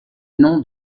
nom